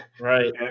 Right